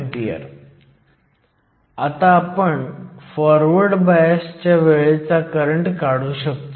6 व्होल्ट्सचा forward biased असतो तेव्हा करंट काय असतो